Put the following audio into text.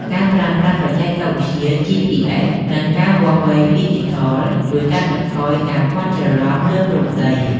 ការប្រើប្រាស់បច្ចេកវិទ្យា GPS និងការវាស់វែងឌីជីថល ជួយកាត់បន្ថយការភ័ន្តច្រឡំលើព្រំដី។